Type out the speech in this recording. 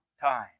time